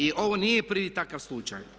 I ovo nije prvi takav slučaj.